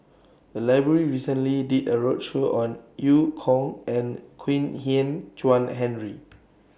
The Library recently did A roadshow on EU Kong and Kwek Hian Chuan Henry